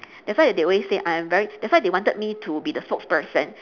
that's why they always say I'm a very that's why they wanted me to be the spokesperson